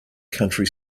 currency